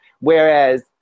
Whereas